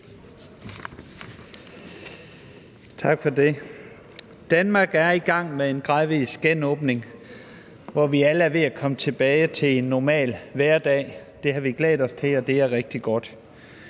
Tak for det. Danmark er i gang med en gradvis genåbning, hvor vi alle er ved at komme tilbage til en normal hverdag. Det har vi glædet os til, og det er rigtig godt.